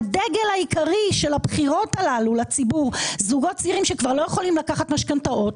זוגות צעירים היום לא יכולים לקחת משכנתאות,